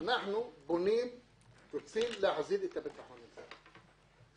אנחנו רוצים להחזיר את הביטחון הזה.